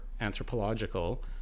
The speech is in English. anthropological